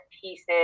pieces